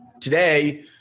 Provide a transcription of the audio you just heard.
Today